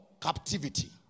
captivity